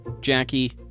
Jackie